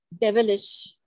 devilish